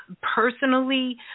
Personally